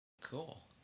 Cool